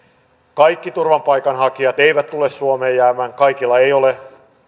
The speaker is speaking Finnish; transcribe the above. kaikki turvapaikanhakijat eivät tule suomeen jäämään kaikilla ei ole